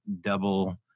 double